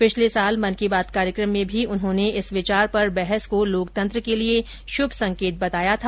पिछले साल मन की बात कार्यक्रम में भी उन्होंने इस विचार पर बहस को लोकतंत्र के लिए शुभ संकेत बताया था